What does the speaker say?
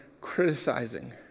criticizing